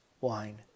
wine